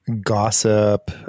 gossip